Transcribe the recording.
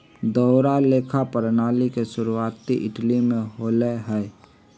दोहरा लेखा प्रणाली के शुरुआती इटली में होले हल